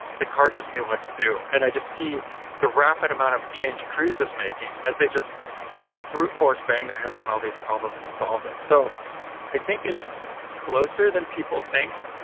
the car just knew what to do. and i just see the rapid amount of change cruise is making as they just brute force bang their heads on all these problems and solve them. so i think it's closer than people think,